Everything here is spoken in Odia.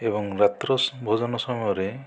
ଏବଂ ରାତ୍ର ଭୋଜନ ସମୟରେ